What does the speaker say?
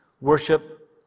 worship